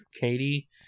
Katie